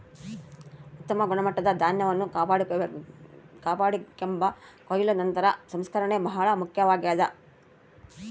ಉತ್ತಮ ಗುಣಮಟ್ಟದ ಧಾನ್ಯವನ್ನು ಕಾಪಾಡಿಕೆಂಬಾಕ ಕೊಯ್ಲು ನಂತರದ ಸಂಸ್ಕರಣೆ ಬಹಳ ಮುಖ್ಯವಾಗ್ಯದ